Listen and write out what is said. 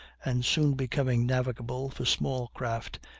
and soon becoming navigable for small craft,